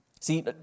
See